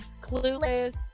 Clueless